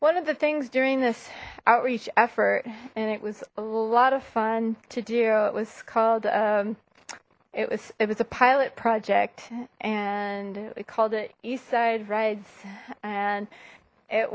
one of the things during this outreach effort and it was a lot of fun to do it was called it was it was a pilot project and we called it eastside rides and it